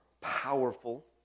powerful